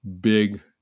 big